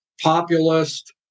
Populist